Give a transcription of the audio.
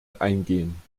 eingehen